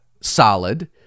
solid